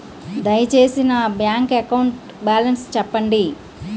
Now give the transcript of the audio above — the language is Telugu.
దయచేసి నా బ్యాంక్ అకౌంట్ బాలన్స్ చెప్పండి